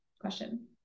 question